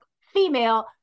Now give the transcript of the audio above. female